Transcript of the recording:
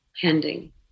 pending